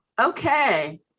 okay